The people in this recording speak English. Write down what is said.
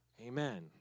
Amen